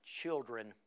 children